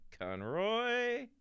Conroy